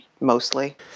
mostly